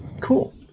cool